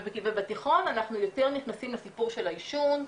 ובתיכון אנחנו יותר נכנסים לסיפור של העישון,